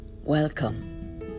Welcome